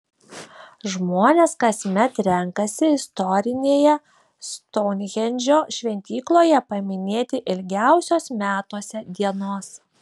žmonės kasmet renkasi istorinėje stounhendžo šventykloje paminėti ilgiausios metuose dienos